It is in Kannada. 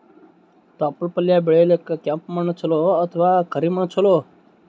ತೊಪ್ಲಪಲ್ಯ ಬೆಳೆಯಲಿಕ ಕೆಂಪು ಮಣ್ಣು ಚಲೋ ಅಥವ ಕರಿ ಮಣ್ಣು ಚಲೋ?